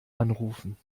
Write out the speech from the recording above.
anrufen